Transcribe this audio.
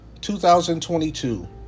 2022